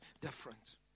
different